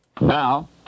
now